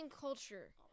culture